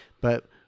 but-